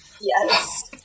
Yes